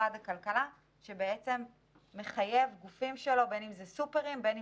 משרד הכלכלה מחייב גופים שלו סופר מרקטים,